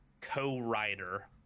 co-writer